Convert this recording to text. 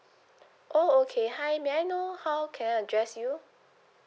oh okay hi may I know how can I address you